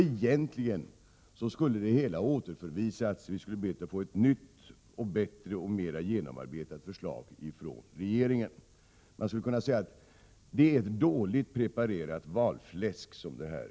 Egentligen borde ärendet ha återförvisats och vi skulle ha bett att få ett nytt och bättre genomarbetat förslag från regeringen. Jag vill säga att det är ett dåligt preparerat valfläsk som presenteras.